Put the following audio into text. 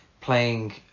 playing